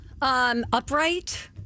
Upright